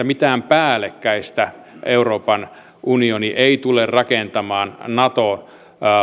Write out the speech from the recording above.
mitään päällekkäistä euroopan unioni ei tule rakentamaan nato